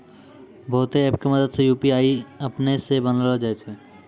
बहुते ऐप के मदद से यू.पी.आई अपनै से बनैलो जाय छै